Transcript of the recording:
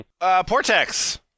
portex